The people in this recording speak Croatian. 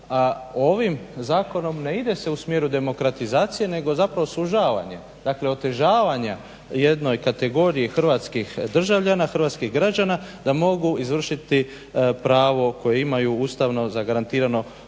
Ovim zakonom ne ide se u smjeru demokratizacije, nego zapravo sužavanje, dakle otežavanja jednoj kategoriji hrvatskih državljana, hrvatskih građana da mogu izvršiti pravo koje imaju ustavno zagarantirano